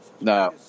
No